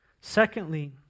Secondly